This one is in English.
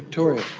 victoria. oh,